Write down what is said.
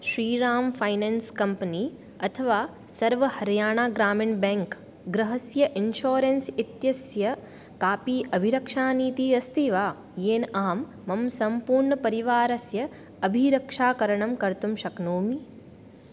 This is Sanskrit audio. श्रीरां फ़ैनन्स् कम्पनी अथवा सर्व हर्याणा ग्रामिन् बेङ्क् गृहस्य इन्शोरन्स् इत्यस्य कापि अभिरक्षानितिः अस्ति वा येन अहं मम सम्पूर्णपरिवारस्य अभिरक्षाकरणं कर्तुं शक्नोमि